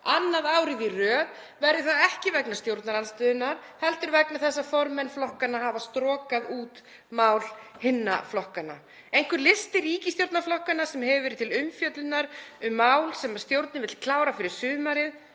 Annað árið í röð verður það ekki vegna stjórnarandstöðunnar heldur vegna þess að formenn flokkanna hafa strokað út mál hinna flokkanna. Einhver listi ríkisstjórnarflokkanna sem hefur verið til umfjöllunar um mál sem stjórnin vill klára fyrir sumarið,